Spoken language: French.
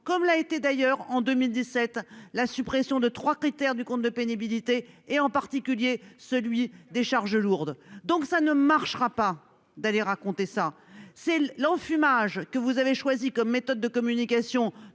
comme l'a été d'ailleurs en 2017 la suppression de 3 critères du compte de pénibilité et en particulier celui des charges lourdes, donc ça ne marchera pas d'aller raconter ça c'est l'enfumage que vous avez choisie comme méthode de communication